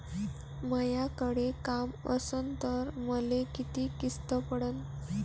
मायाकडे काम असन तर मले किती किस्त पडन?